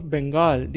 Bengal